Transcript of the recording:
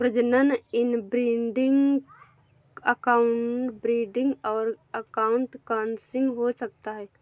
प्रजनन inbreeding, outbreeding और outcrossing हो सकता है